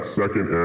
second